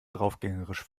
draufgängerisch